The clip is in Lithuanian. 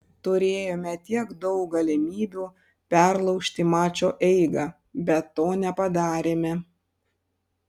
turėjome tiek daug galimybių perlaužti mačo eigą bet to nepadarėme